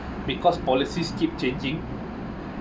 because policies keep changing